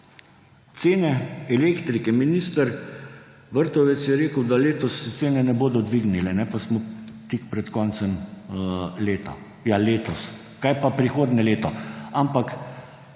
cene elektrike, minister Vrtovec je rekel, da letos se cene ne bodo dvignile, pa smo tik pred koncem leta. Ja, letos. Kaj pa prihodnje leto? Ampak